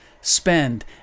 spend